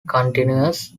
continues